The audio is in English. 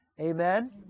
amen